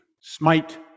smite